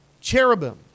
cherubim